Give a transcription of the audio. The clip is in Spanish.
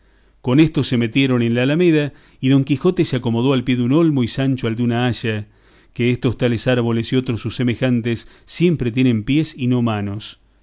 con esto se metieron en la alameda y don quijote se acomodó al pie de un olmo y sancho al de una haya que estos tales árboles y otros sus semejantes siempre tienen pies